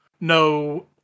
no